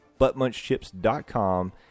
buttmunchchips.com